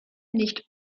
nicht